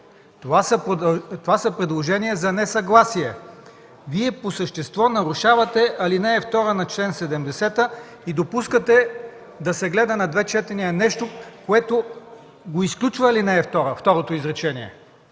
Това са предложения за несъгласие. Вие по същество нарушавате ал. 2 на чл. 70 и допускате да се гледа на две четения нещо, което го изключва второто изречение